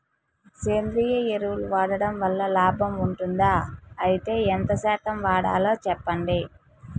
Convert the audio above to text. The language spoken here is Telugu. సేంద్రియ ఎరువులు వాడడం వల్ల లాభం ఉంటుందా? అయితే ఎంత శాతం వాడాలో చెప్పండి?